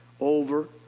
over